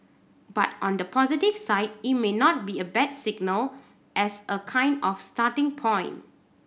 but on the positive side it may not be a bad signal as a kind of starting point